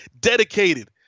dedicated